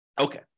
Okay